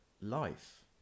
life